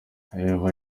however